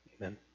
amen